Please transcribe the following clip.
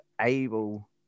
able